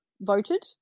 voted